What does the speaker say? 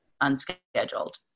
unscheduled